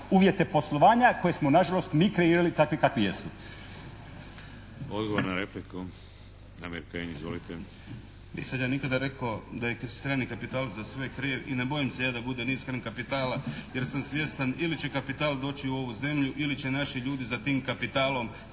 uvjete poslovanja koje smo na žalost mi kreirali takve kakvi jesu. **Šeks, Vladimir (HDZ)** Odgovor na repliku, Damir Kajin. Izvolite. **Kajin, Damir (IDS)** Nisam ja nikada rekao da je strani kapital za sve kriv i ne bojim se ja da bude … kapitala, jer sam svjestan ili će kapital doći u ovu zemlju ili će naši ljudi za tim kapitalom